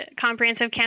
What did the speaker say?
comprehensive